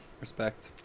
respect